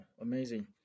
Amazing